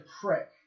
prick